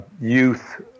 youth